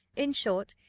in short,